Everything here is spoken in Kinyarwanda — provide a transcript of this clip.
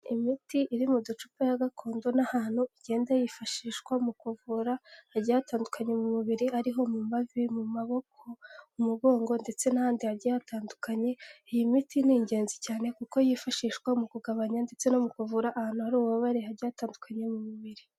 Imiti iri mu ducupa ya gakondo n'ahantu igenda yifashishwa mu kuvura hajya hatandukanye mu mubiri ari ho mu mavi, mu maboko, mu mugongo ndetse n'ahandi hagiye hatandukanye, iyi miti ni ingenzi cyane kuko yifashishwa mu kugabanya ndetse no mu kuvura ahantu hari ububabare hagiye hatandukanye mu mubiri.